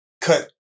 cut